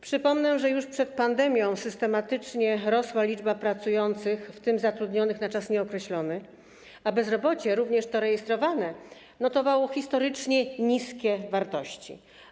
Przypomnę, że tuż przed pandemią systematycznie rosła liczba pracujących, w tym zatrudnionych na czas nieokreślony, a bezrobocie, również to rejestrowane, notowało historycznie niskie wartości.